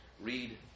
read